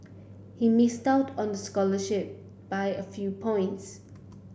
he missed out on the scholarship by a few points